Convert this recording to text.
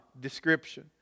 description